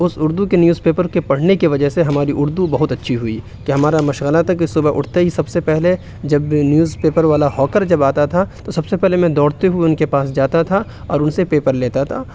اس اردو کے newspaper کے پڑھنے کی وجہ سے ہماری اردو بہت اچھی ہوئی کہ ہمارا مشغلہ تھا کہ صبح اٹھتے ہی سب سے پہلے جب نیوز پیپر والا ہاکر جب آتا تھا تو سب سے پہلے میں دوڑتے ہوئے ان کے پاس جاتا تھا اور ان سے پیپر لیتا تھا